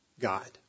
God